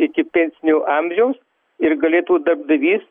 iki pensinio amžiaus ir galėtų darbdavys